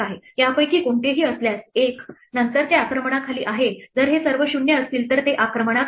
यापैकी कोणतेही असल्यास 1 नंतर ते आक्रमणाखाली आहे जर हे सर्व 0 असतील तर ते आक्रमणाखाली नाही